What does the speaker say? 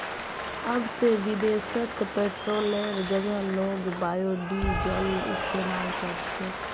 अब ते विदेशत पेट्रोलेर जगह लोग बायोडीजल इस्तमाल कर छेक